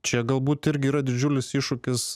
čia galbūt irgi yra didžiulis iššūkis